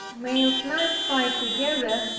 male snipe fight together,